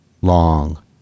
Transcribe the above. long